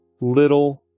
little